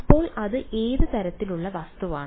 അപ്പോൾ അത് ഏത് തരത്തിലുള്ള വസ്തുവാണ്